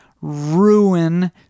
ruin